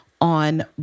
on